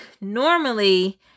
normally